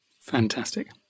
fantastic